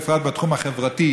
בפרט בתחום החברתי,